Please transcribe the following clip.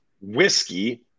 Whiskey